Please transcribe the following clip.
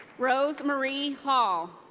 rose marie hall.